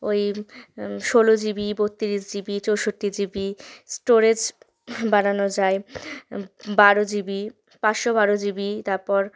ওই ষোলো জিবি বত্তিরিশ জিবি চৌষট্টি জিবি স্টোরেজ বাড়ানো যায় বারো জিবি পাঁচশো বারো জিবি তারপর